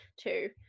two